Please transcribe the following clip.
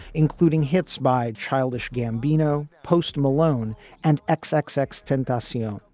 including hits by childish gambino, post malone and x x x ten garcia,